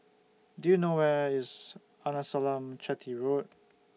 Do YOU know Where IS Arnasalam Chetty Road